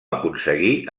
aconseguí